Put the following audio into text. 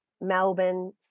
Melbourne